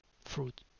fruit